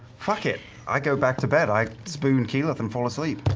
fuck it. i go back to bed. i spoon keyleth and fall asleep.